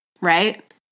right